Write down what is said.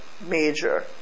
major